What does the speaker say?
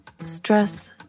Stress